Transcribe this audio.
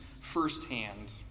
firsthand